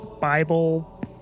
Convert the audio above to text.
Bible